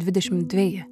dvidešim dveji